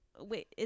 Wait